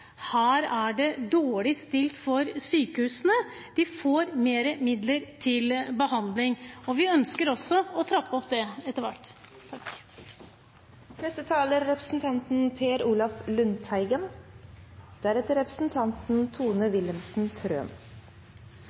her er det dårlig stilt for sykehusene. De får mer midler til behandling, og vi ønsker også å trappe opp det etter hvert. Den største bevilgningen i helse- og omsorgskomiteens budsjett er